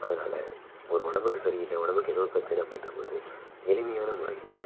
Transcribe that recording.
அதனால் ஒரு உடம்புக்கு சரியில்லை உடம்புக்கு எதோ பிரச்சனை அப்படின்றபோது எளிமையான முறையில